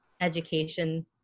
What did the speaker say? education